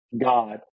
God